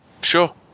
Sure